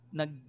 nag